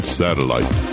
satellite